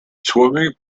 swimming